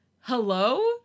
hello